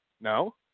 No